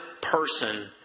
person